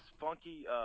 funky